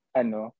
ano